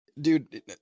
Dude